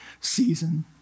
season